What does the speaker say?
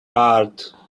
art